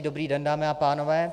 Dobrý den, dámy a pánové.